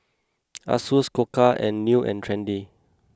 Asus Koka and New and Trendy